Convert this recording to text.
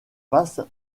face